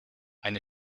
eine